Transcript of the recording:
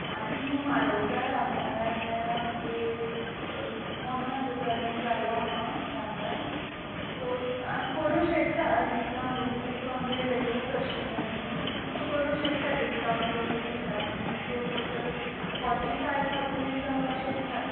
आतां तूं म्हारोग जालां मारगाय म्हणल्यार एक पन्नास हजार बी जालो हा भांगार सो करूंक शकता डिसकावंट को कितें तूं आमगे रॅगुलर कश्टमर न्हय सो करूंक शकता डिसकावंट करूंक शकता आमी सो टोटल फोटी फाय थावजन एश जावपा शकता